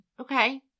okay